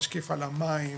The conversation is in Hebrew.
משקיף על המים,